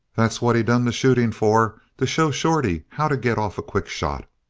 that's what he done the shooting for to show shorty how to get off a quick shot.